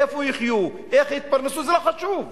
איפה יחיו,